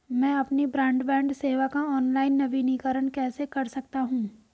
मैं अपनी ब्रॉडबैंड सेवा का ऑनलाइन नवीनीकरण कैसे कर सकता हूं?